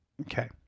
Okay